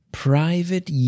private